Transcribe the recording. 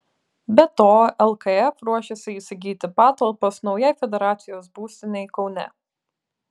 be to lkf ruošiasi įsigyti patalpas naujai federacijos būstinei kaune